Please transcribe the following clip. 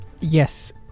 yes